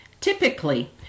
Typically